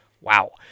Wow